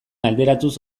alderatuz